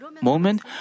moment